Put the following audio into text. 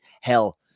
hell